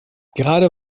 gerade